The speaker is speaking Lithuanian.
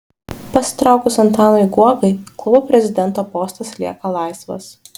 pasitraukus antanui guogai klubo prezidento postas lieka laisvas